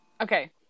okay